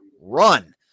run